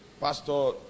Pastor